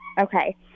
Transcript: Okay